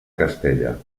castella